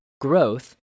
growth